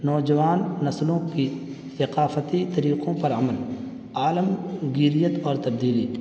نوجوان نسلوں کی ثقافتی طریقوں پر عمل عالم گیریت اور تبدیلی